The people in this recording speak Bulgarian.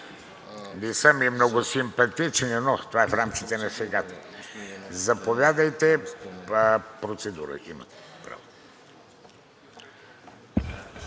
не са ми много симпатични, но това е в рамките на шегата. Заповядайте – процедура, имате